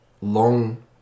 long